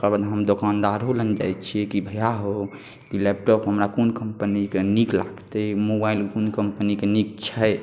तकर बाद हम दोकानदारोलग जाए छिए कि भइआ हौ लैपटॉप हमरा कोन कम्पनीके नीक लागतै मोबाइल कोन कम्पनीके नीक छै